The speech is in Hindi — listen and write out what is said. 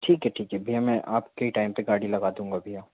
ठीक है ठीक है भईया मैं आपके ही टाइम पे गाड़ी लगा दूंगा भईया